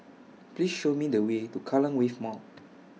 Please Show Me The Way to Kallang Wave Mall